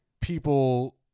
people